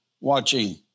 watching